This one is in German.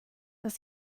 das